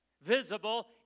visible